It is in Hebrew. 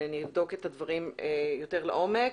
ונבדוק את הדברים יותר לעומק.